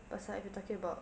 pasal if you're talking about